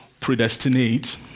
predestinate